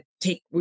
take